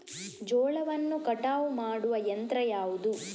ಜೋಳವನ್ನು ಕಟಾವು ಮಾಡುವ ಯಂತ್ರ ಯಾವುದು?